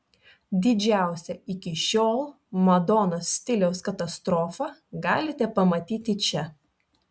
didžiausią iki šiol madonos stiliaus katastrofą galite pamatyti čia